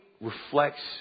reflects